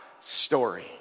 story